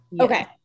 Okay